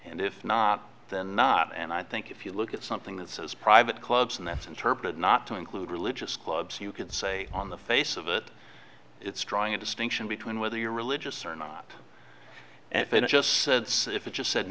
and if not then not and i think if you look at something that says private clubs and that's interpreted not to include religious clubs you could say on the face of it it's drawing a distinction between whether you're religious or not and finish just if you just said